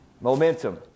Momentum